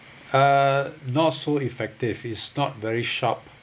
uh not so effective it's not very sharp